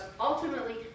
ultimately